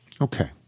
Okay